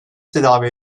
tedavi